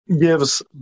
gives